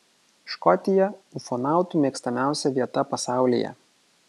škotija ufonautų mėgstamiausia vieta pasaulyje